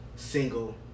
Single